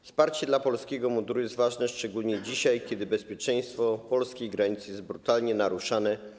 Wsparcie dla polskiego munduru jest ważne, szczególnie dzisiaj, kiedy bezpieczeństwo polskiej granicy jest brutalnie naruszane.